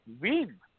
win